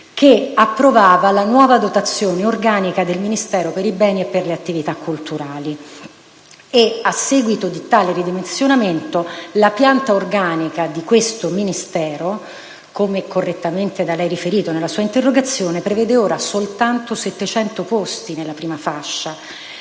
che approvava la nuova dotazione organica del Ministero per i beni e le attività culturali. A seguito di tale ridimensionamento, la pianta organica di questo Ministero, come correttamente da lei riferito nella sua interrogazione, senatore Verducci, prevede ora soltanto 700 posti in prima area.